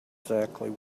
exactly